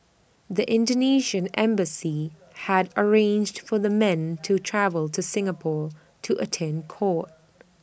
the Indonesian embassy had arranged for the men to travel to Singapore to attend court